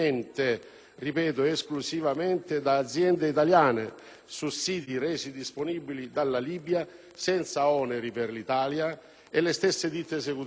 "esclusivamente" - da aziende italiane su siti resi disponibili dalla Libia, senza oneri per l'Italia e le stesse ditte esecutrici,